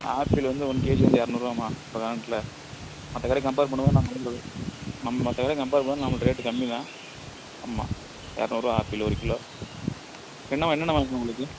ஆ apple வந்து one KG வந்து இரநூறுவாம்மா இப்போ கரண்ட்டில் மற்றக்கடைய கம்பேர் பண்ணும்போது நம்ம மற்றக்கடைய கம்பேர் பண்ணும்போது நம்மள்கிட்ட ரேட்டு கம்மி தான் ஆமாம் இரநூறுவா ஆப்பிள் ஒரு கிலோ என்ன என்னென்ன வாங்கணும் உங்களுக்கு